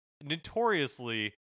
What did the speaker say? notoriously